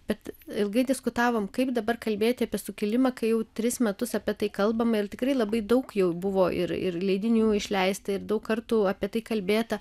bet ilgai diskutavom kaip dabar kalbėti apie sukilimą kai jau tris metus apie tai kalbama ir tikrai labai daug jau buvo ir ir leidinių išleista ir daug kartų apie tai kalbėta